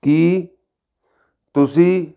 ਕੀ ਤੁਸੀਂ